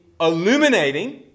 illuminating